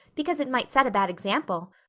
because it might set a bad example.